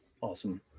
Awesome